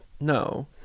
no